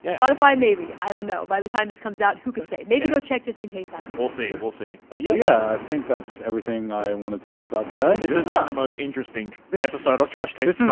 yeah spotify. maybe. i don't know. by the time this comes out, who can say maybe go check just in case. and we'll see. and we'll see. but yeah, yeah i think that's everything i wanted to talk about today. this has been the most interesting this episode. i've trashed taste.